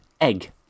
egg